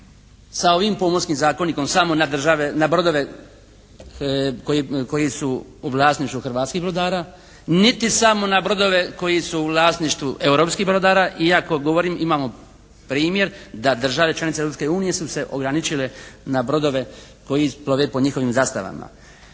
sa ovim Pomorskim zakonikom samo na države, na brodove koji su u vlasništvu hrvatskih brodara niti samo na brodove koji su u vlasništvu europskih brodara iako govorim imamo primjer da države članice Europske unije su se ograničile na brodove koji plove pod njihovim zastavama.